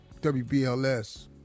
WBLS